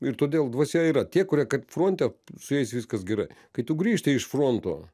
ir todėl dvasia yra tie kurie kaip fronte su jais viskas gerai kai tu grįžti iš fronto